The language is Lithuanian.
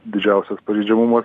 didžiausias pažeidžiamumas